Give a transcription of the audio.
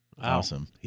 Awesome